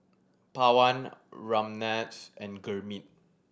Pawan Ramnath and Gurmeet